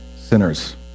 sinners